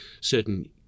certain